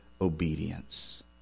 obedience